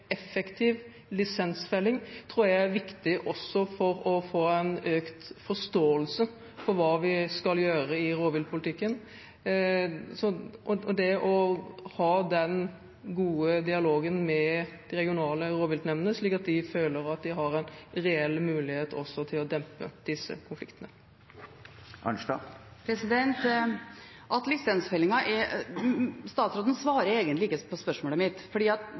effektiv lisensfelling, tror jeg er viktig for å få en økt forståelse for hva vi skal gjøre i rovviltpolitikken, og også ha den gode dialogen med de regionale rovviltnemndene, slik at de føler at de har en reell mulighet til å dempe disse konfliktene. Statsråden svarer egentlig ikke på spørsmålet mitt, for det at